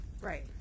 Right